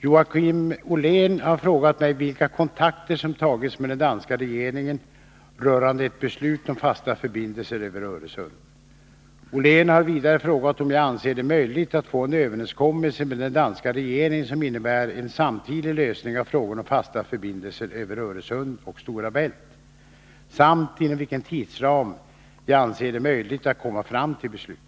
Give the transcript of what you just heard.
Joakim Ollén har frågat mig vilka kontakter som tagits med den danska regeringen rörande ett beslut om fasta förbindelser över Öresund. Joakim Ollén har vidare frågat om jag anser det möjligt att få en överenskommelse med den danska regeringen som innebär en samtidig lösning av frågorna om fasta förbindelser över Öresund och Stora Bält samt inom vilken tidsram jag anser det möjligt att komma fram till beslut.